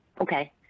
Okay